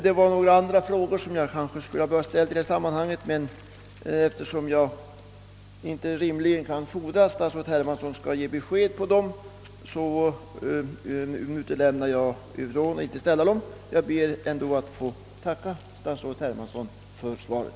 Det är också några andra frågor som jag hade velat beröra i detta sammanhang, men eftersom jag rimligtvis inte kan begära att statsrådet Hermansson skall kunna svara på dem avstår jag från det. Jag ber bara att än en gång få tacka statsrådet Hermansson för svaret.